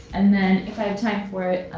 and then if i have time for it,